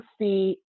see